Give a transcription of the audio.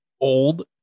Old